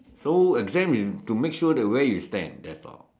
so exam is to make sure that where you stand that's all